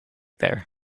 there